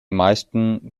meisten